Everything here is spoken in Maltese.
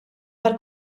tal